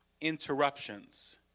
interruptions